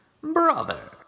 Brother